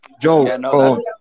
joe